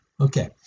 Okay